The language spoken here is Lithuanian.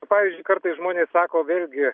pavyzdžiui kartais žmonės sako vėlgi